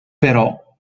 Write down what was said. però